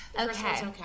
Okay